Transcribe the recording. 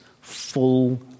full